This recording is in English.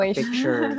picture